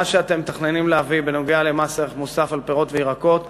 מה שאתם מתכננים להביא בנוגע למס ערך מוסף על פירות וירקות,